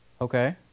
okay